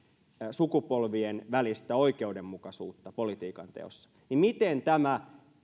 sukupolvien välistä oikeudenmukaisuutta politiikanteossa niin miten tämä